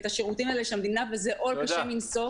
השירותים של המדינה וזה עול קשה מנשוא.